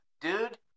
Dude